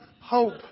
hope